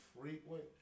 frequent